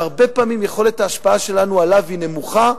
שהרבה פעמים יכולת ההשפעה שלנו עליו נמוכה,